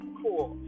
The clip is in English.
cool